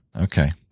Okay